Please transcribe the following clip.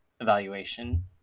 evaluation